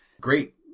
Great